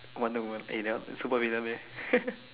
wonder-woman eh that one supervillain meh